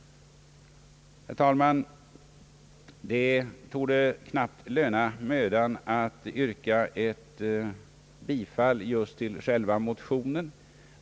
Herr talman! Det torde knappt löna mödan att yrka bifall till själva motionen.